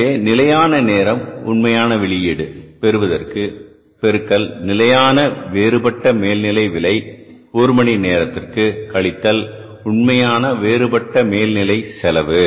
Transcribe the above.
எனவே நிலையான நேரம் உண்மையான வெளியீடு பெறுவதற்கு பெருக்கல் நிலையான வேறுபட்ட மேல்நிலை விலை ஒரு மணி நேரத்திற்கு கழித்தல் உண்மையான வேறுபட்ட மேல்நிலை செலவு